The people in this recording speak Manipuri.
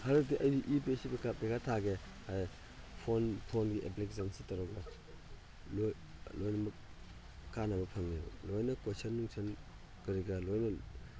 ꯍꯟꯗꯛꯇꯤ ꯑꯩ ꯌꯨ ꯄꯤ ꯑꯦꯁ ꯁꯤ ꯄꯔꯤꯈ꯭ꯌꯥ ꯊꯥꯒꯦ ꯍꯥꯏ ꯐꯣꯟꯒꯤ ꯑꯦꯄ꯭ꯂꯤꯀꯦꯁꯟꯁꯤ ꯇꯧꯔꯒ ꯂꯣꯏꯅꯃꯛ ꯀꯥꯟꯅꯕ ꯐꯪꯉꯦꯕ ꯂꯣꯏꯅ ꯀ꯭ꯋꯦꯁꯟ ꯅꯨꯡꯁꯟ ꯀꯔꯤ ꯀꯔꯥ ꯂꯣꯏꯅ